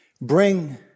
Bring